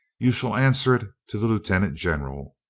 you shall answer it to the lieutenant general.